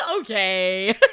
Okay